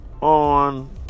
on